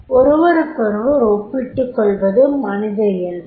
ஒருவருக்கொருவர் ஒப்பிட்டுக்கொள்வது மனித இயல்பு